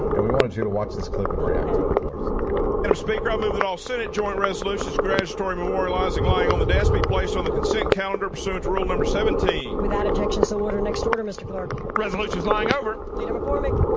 and we wanted you to watch this clip and react to it for us. and madam speaker, i'm moving off senate joint resolutions congratulatory memorializing lying on the desk be placed on the consent calendar pursuing to rule number seventeen. without objection. so, order. next order, mister clerk. resolutions lying over. leader mccormick.